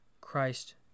Christ